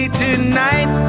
tonight